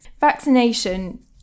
Vaccination